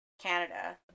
Canada